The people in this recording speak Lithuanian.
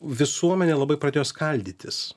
visuomenė labai pradėjo skaldytis